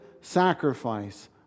sacrifice